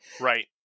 Right